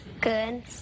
Good